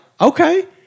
okay